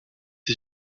des